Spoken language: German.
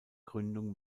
gründung